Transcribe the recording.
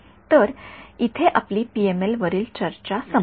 तर इथे आपली पीएमएल वरील चर्चा संपते